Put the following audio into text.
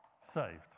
saved